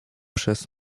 przez